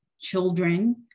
children